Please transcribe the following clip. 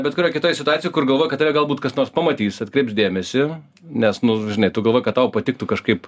bet kurioj kitoj situacijoj kur galvoji kad tave galbūt kas nors pamatys atkreips dėmesį nes nu žinai tu galvoji kad tau patiktų kažkaip